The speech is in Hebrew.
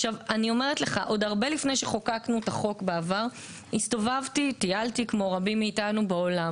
עוד הרבה לפני שחוקקנו את החוק בעבר הסתובבתי כמו רבים מאתנו בעולם